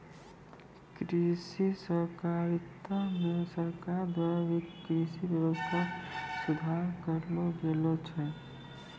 कृषि सहकारिता मे सरकार द्वारा भी कृषि वेवस्था सुधार करलो गेलो छै